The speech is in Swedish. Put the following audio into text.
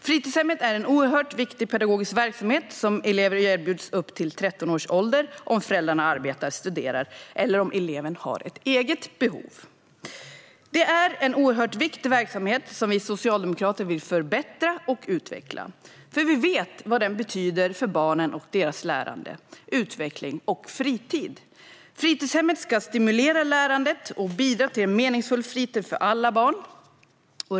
Fritidshemmet är en viktig pedagogisk verksamhet som elever erbjuds upp till 13 års ålder om föräldrarna arbetar eller studerar eller om eleven har ett eget behov. Det är en oerhört viktig verksamhet som vi socialdemokrater vill förbättra och utveckla, för vi vet vad den betyder för barnen och deras lärande, utveckling och fritid. Fritidshemmet ska stimulera lärandet och bidra till en meningsfull fritid för alla barn.